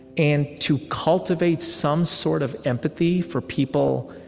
and to cultivate some sort of empathy for people